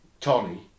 Tony